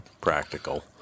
practical